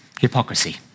Hypocrisy